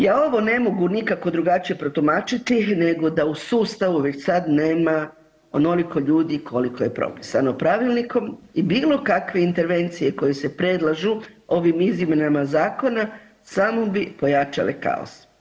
Ja ovo ne mogu nikako drugačije protumačiti nego da u sustavu već sad nema onoliko ljudi koliko je propisano Pravilnikom i bilo kakve intervencije koje se predlažu ovim izmjenama zakona samo bi pojačale kaos.